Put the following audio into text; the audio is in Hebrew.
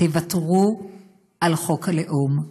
תוותרו על חוק הלאום,